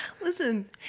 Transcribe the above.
Listen